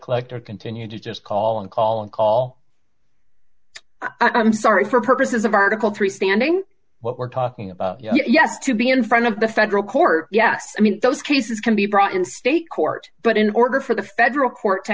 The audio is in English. collector continue to just call and call and call i'm sorry for purposes of article three standing what we're talking about yes to be in front of the federal court yes i mean those cases can be brought in state court but in order for the federal court to